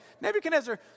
Nebuchadnezzar